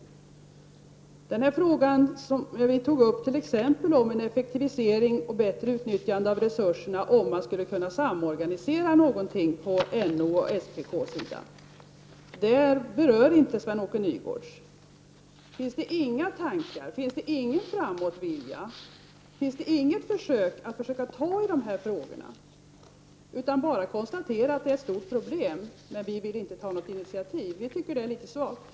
Sven-Åke Nygårds berör inte frågan om en effektivisering och bättre utnyttjande av resurserna vid en samorganisering av NO och SPK. Finns det inga tankar, ingen framåtvilja, inget försök att ta itu med dessa frågor? Vi tycker att det är litet svagt att bara konstatera att detta är ett stort problem men inte vilja ta initiativ.